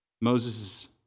Moses